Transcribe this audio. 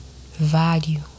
value